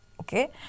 okay